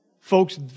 Folks